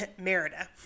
merida